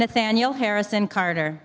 nathaniel harrison carter